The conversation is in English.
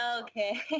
Okay